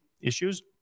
issues